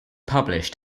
published